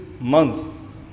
month